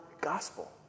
gospel